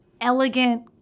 elegant